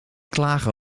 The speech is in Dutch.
klagen